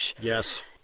Yes